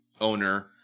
owner